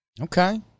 Okay